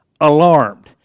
Alarmed